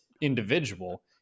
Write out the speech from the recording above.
individual